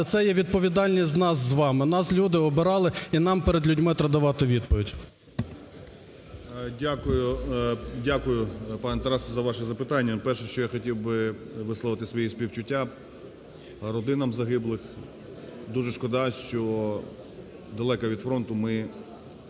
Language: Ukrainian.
це є відповідальність нас з вами, нас люди обирали і нам перед людьми треба давати відповідь. 10:37:45 ГРОЙСМАН В.Б. Дякую, пане Тарасе за ваше запитання. Перше, що я хотів би висловити свої співчуття родинам загиблих, дуже шкода, що далеко від фронту ми